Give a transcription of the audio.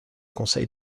conseil